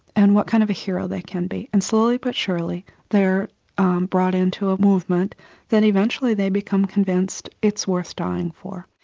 and what kind of hero they can be. and slowly but surely they're brought into a movement that eventually they become convinced it's worth dying for.